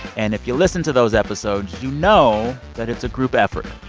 and if you listen to those episodes, you know that it's a group effort.